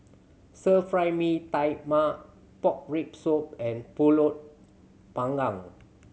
Stir Fry Mee Tai Mak pork rib soup and Pulut Panggang